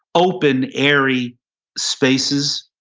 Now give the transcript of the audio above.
open, airy spaces.